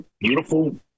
beautiful